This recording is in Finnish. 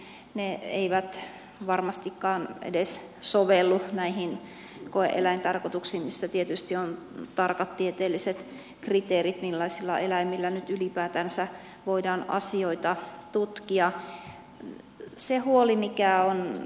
ne eivät varmastikaan edes sovellu näihin koe eläintarkoituksiin missä tietysti on tarkat tieteelliset kriteerit millaisilla eläimillä nyt ylipäätänsä voidaan asioita tutkia